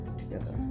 together